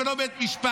ולא בית משפט.